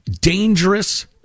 Dangerous